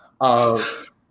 of-